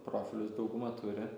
profilius dauguma turi